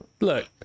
Look